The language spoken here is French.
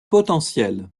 potentiel